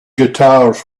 guitars